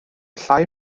llai